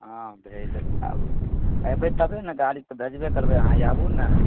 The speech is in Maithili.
हँ भेज देब आबु अइबै तबे ने गाड़ी तऽ भेजबे करबै अहाँ आबु ने